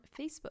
Facebook